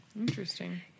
Interesting